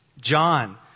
John